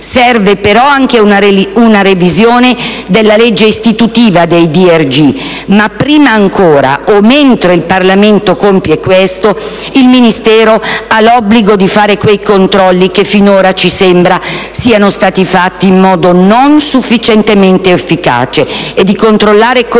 Serve però anche una revisione della legge istitutiva dei DRG, ma prima ancora, o mentre il Parlamento compie queste scelte, il Ministero ha l'obbligo di fare quei controlli che finora sembra siano stati effettuati in modo non sufficientemente efficace, e di controllare per quale